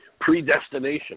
predestination